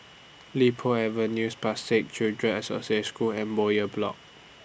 Li Po Avenue Spastic Children's Association School and Bowyer Block